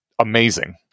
amazing